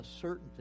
certainty